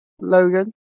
Logan